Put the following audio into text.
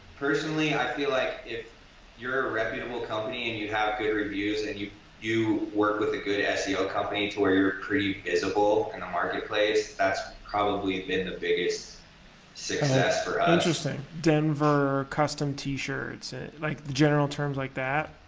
personally i feel like if you're a reputable company and you have good reviews and you you work with a good seo company to where you're pretty visible in a marketplace that's probably been the biggest success for us. interesting, denver custom t-shirts and like the general terms like that?